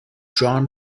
drawn